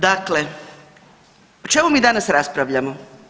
Dakle, o čemu mi danas raspravljamo?